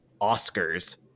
Oscars